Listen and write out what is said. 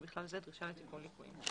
ובכלל זה דרישה לתיקון ליקויים".